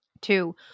Two